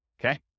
okay